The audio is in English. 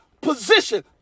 position